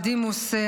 בדימוס,